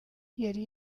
yari